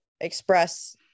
express